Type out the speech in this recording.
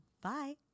Bye